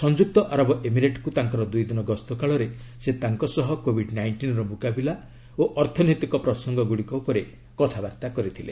ସଂଯୁକ୍ତ ଆରବ ଏମିରେଟ୍କୁ ତାଙ୍କର ଦୁଇଦିନ ଗସ୍ତ କାଳରେ ସେ ତାଙ୍କ ସହ କୋଭିଡ ନାଇଷ୍ଟିନ୍ର ମୁକାବିଲା ଓ ଅର୍ଥନୈତିକ ପ୍ରସଙ୍ଗ ଉପରେ କଥାବାର୍ତ୍ତା କରିଛନ୍ତି